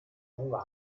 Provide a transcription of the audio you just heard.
hunger